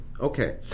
Okay